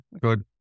Good